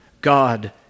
God